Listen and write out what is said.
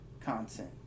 content